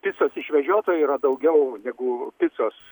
picos išvežiotojų yra daugiau negu picos